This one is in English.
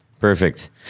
Perfect